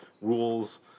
rules